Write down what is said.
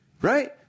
Right